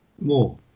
more